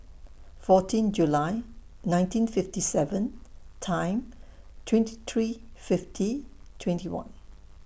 fourteen July nineteen fifty seven Time twenty three fifty twenty one